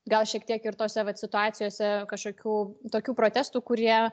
gal šiek tiek ir tose situacijose kažkokių tokių protestų kurie